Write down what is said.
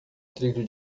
trilho